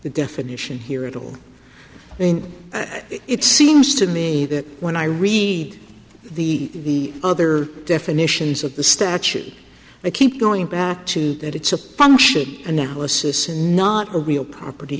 the definition here at all and it seems to me that when i read the other definitions of the statute they keep going back to that it's a function analysis and not a real property